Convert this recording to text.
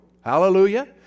Hallelujah